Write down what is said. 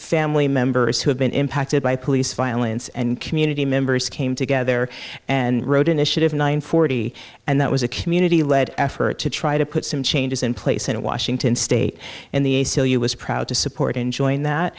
family members who have been impacted by police violence and community members came together and wrote initiative nine forty and that was a community led effort to try to put some changes in place in washington state and the a c l u is proud to support and join that